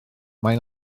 mae